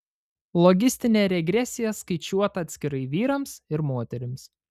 logistinė regresija skaičiuota atskirai vyrams ir moterims